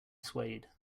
swayed